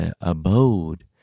abode